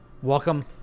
welcome